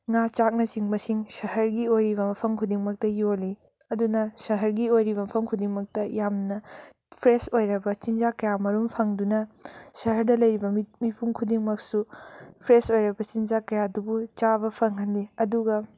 ꯉꯥ ꯆꯥꯛꯅꯆꯤꯡꯕꯁꯤꯡ ꯁꯍꯔꯒꯤ ꯑꯣꯏꯔꯤꯕ ꯃꯐꯝ ꯈꯨꯗꯤꯡꯃꯛꯇ ꯌꯣꯟꯂꯤ ꯑꯗꯨꯅ ꯁꯍꯔꯒꯤ ꯑꯣꯏꯔꯤꯕ ꯃꯐꯝ ꯈꯨꯗꯤꯡꯃꯛꯇ ꯌꯥꯝꯅ ꯐ꯭ꯔꯦꯁ ꯑꯣꯏꯔꯥꯕ ꯆꯤꯟꯖꯥꯛ ꯀꯌꯥ ꯃꯔꯨꯝ ꯐꯪꯗꯨꯅ ꯁꯍꯔꯗ ꯂꯩꯔꯤꯕ ꯃꯤꯄꯨꯝ ꯈꯨꯗꯤꯡꯃꯛꯁꯨ ꯐ꯭ꯔꯦꯁ ꯑꯣꯏꯔꯕ ꯆꯤꯟꯖꯥꯛ ꯀꯌꯥꯗꯨꯕ ꯆꯥꯕ ꯐꯪꯍꯟꯂꯤ ꯑꯗꯨꯒ